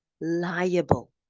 liable